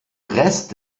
rest